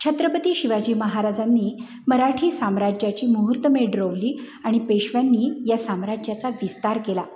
छत्रपती शिवाजी महाराजांनी मुहूर्तमेढ रोवली आणि पेशव्यांनी या साम्राज्याचा विस्तार केला